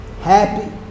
happy